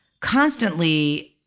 constantly